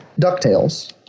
DuckTales